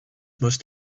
must